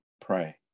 pray